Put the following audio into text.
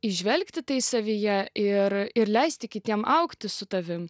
įžvelgti tai savyje ir ir leisti kitiems augti su tavimi